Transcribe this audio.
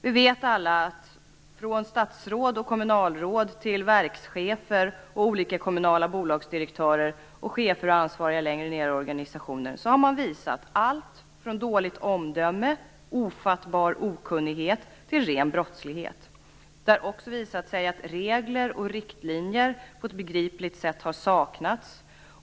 Vi vet alla att allt från statsråd och kommunalråd till verkschefer, kommunala bolagsdirektörer och chefer och ansvariga längre ned i organisationerna har visat allt från dåligt omdöme och ofattbar okunnighet till ren brottslighet. Det har också visat sig att begripliga regler och riktlinjer har saknats.